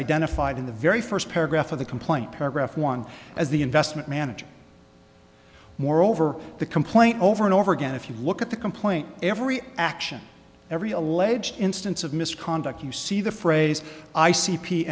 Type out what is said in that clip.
identified in the very first paragraph of the complaint paragraph one as the investment manager moreover the complaint over and over again if you look at the complaint every action every alleged instance of misconduct you see the phrase i c p